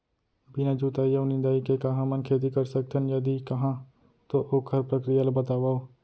बिना जुताई अऊ निंदाई के का हमन खेती कर सकथन, यदि कहाँ तो ओखर प्रक्रिया ला बतावव?